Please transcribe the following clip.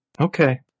okay